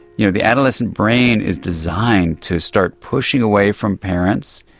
you know the adolescent brain is designed to start pushing away from parents,